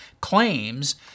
claims